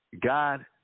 God